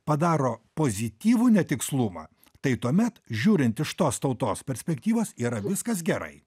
padaro pozityvų netikslumą tai tuomet žiūrint iš tos tautos perspektyvos yra viskas gerai